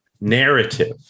narrative